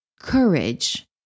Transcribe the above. courage